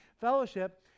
fellowship